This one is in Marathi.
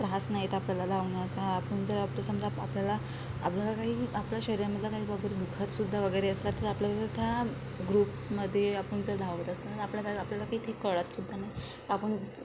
त्रास नाही येत आपल्याला धावण्याचा आपण जर आपलं समजा आपल्याला आपल्याला काही आपल्या शरीरामधला काही वगैरे दुखत सुद्धा वगैरे असला तर आपल्याला त्या ग्रुप्समध्ये आपण जर धावत असला तर आपल्याला आपल्याला काही ते कळत सुद्धा नाही आपण